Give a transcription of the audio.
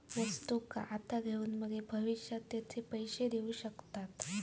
वस्तुंका आता घेऊन मगे भविष्यात तेचे पैशे देऊ शकताव